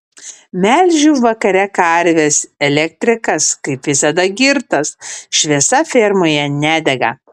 melžiu vakare karves elektrikas kaip visada girtas šviesa fermoje nedega